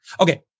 Okay